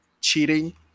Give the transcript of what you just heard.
cheating